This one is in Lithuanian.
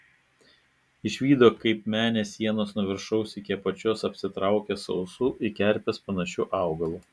išvydo kaip menės sienos nuo viršaus iki apačios apsitraukia sausu į kerpes panašiu augalu